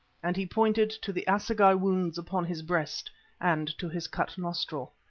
and he pointed to the assegai wounds upon his breast and to his cut nostril.